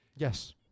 Yes